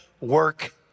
work